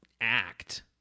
act